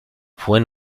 fue